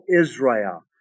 Israel